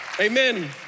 Amen